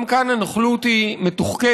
גם כאן הנוכלות היא מתוחכמת,